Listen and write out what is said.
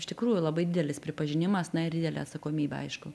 iš tikrųjų labai didelis pripažinimas na ir didelė atsakomybė aišku